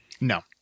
No